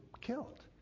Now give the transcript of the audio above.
killed